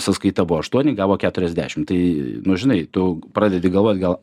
sąskaita buvo aštuoni gavo keturiasdešim tai nu žinai tu pradedi galvot gal